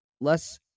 less